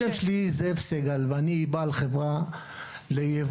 השם שלי זאב סגל ואני בעל חברה ליבוא